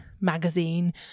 magazine